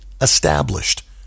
established